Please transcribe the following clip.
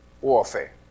warfare